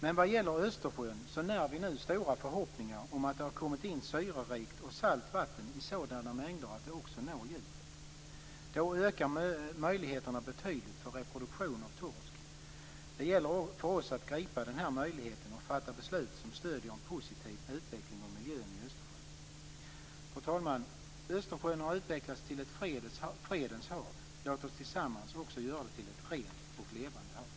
Men vad gäller Östersjön när vi nu stora förhoppningar om att det har kommit in syrerikt och salt vatten i sådana mängder att det också når djupen. Då ökar möjligheterna betydligt för reproduktion av torsk. Det gäller för oss att gripa denna möjlighet och fatta beslut som stöder en positiv utveckling av miljön i Östersjön. Fru talman! Östersjön har utvecklats till ett fredens hav. Låt oss tillsammans också göra det till ett rent och levande hav.